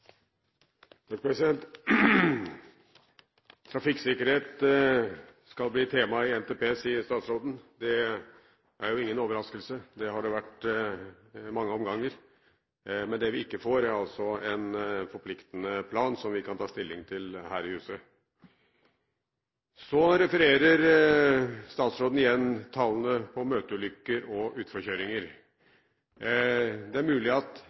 trafikksikkerhet skal bli et tema i NTP. Det er ingen overraskelse, det har det vært i mange omganger, men det vi ikke får, er altså en forpliktende plan som vi kan ta stilling til her i huset. Statsråden refererer igjen tallene på møteulykker og utforkjøringer. Det er mulig at